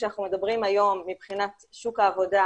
כשאנחנו מדברים היום מבחינת שוק העבודה